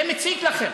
זה מציק לכם,